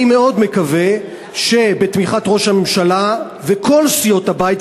אני מאוד מקווה שבתמיכת ראש הממשלה וכל סיעות הבית,